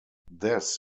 this